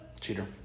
Cheater